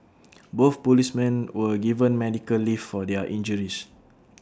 both policemen were given medical leave for their injuries